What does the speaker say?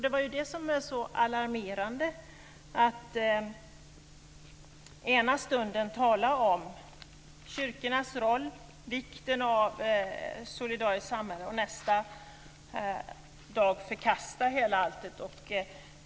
Det är det som är så alarmerande, att man ena stunden talar om kyrkornas roll och vikten av ett solidariskt samhälle och nästa dag förkastar allt detta.